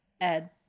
Ed